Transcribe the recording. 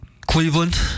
Cleveland